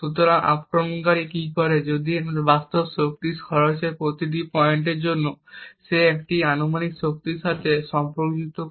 সুতরাং আক্রমণকারী কি করে যদি এই বাস্তব শক্তি খরচের প্রতিটি পয়েন্টের জন্য সে এটিকে একটি অনুমানিক শক্তির সাথে সম্পর্কযুক্ত করে